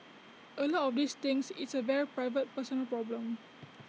A lot of these things it's A very private personal problem